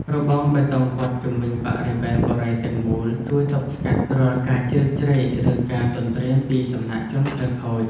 របងបេតុងព័ទ្ធជុំវិញបរិវេណបុរីទាំងមូលជួយទប់ស្កាត់រាល់ការជ្រៀតជ្រែកឬការទន្ទ្រានពីសំណាក់ជនខិលខូច។